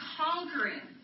conquering